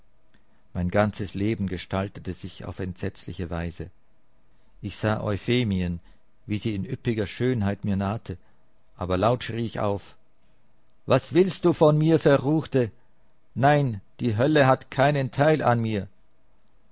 mein ganzes leben gestaltete sich auf entsetzliche weise ich sah euphemien wie sie in üppiger schönheit mir nahte aber laut schrie ich auf was willst du von mir verruchte nein die hölle hat keinen teil an mir